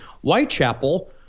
Whitechapel